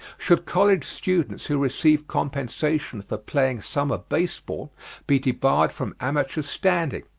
should college students who receive compensation for playing summer baseball be debarred from amateur standing?